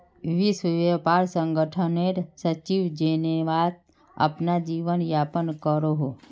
विश्व व्यापार संगठनेर सचिव जेनेवात अपना जीवन यापन करोहो